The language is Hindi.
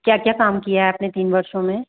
क्या क्या काम किया है आपने तीन वर्षों में